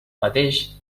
mateix